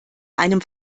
einem